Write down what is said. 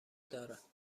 دارد